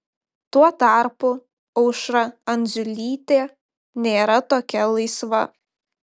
tuo tarpu aušra andziulytė nėra tokia laisva